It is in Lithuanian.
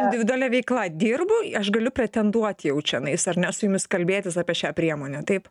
individualia veikla dirbu aš galiu pretenduot jau čianais ar ne su jumis kalbėtis apie šią priemonę taip